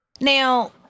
now